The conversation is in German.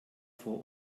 vor